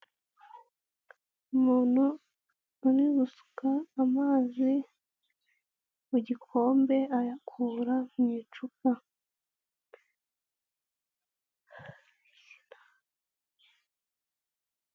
Umuntu uri gusuka amazi mu gikombe, ayakura mu icupa.